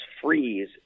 freeze